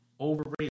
overrated